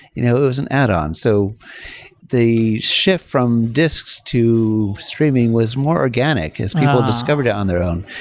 you know it was an add on. so the shift from disks to streaming was more organic as people discovered it on their own.